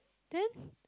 then